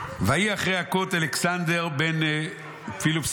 "ויהי אחרי הכות אלכסנדר בן פוליפוס